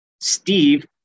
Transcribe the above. Steve